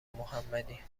محمدی